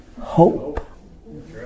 Hope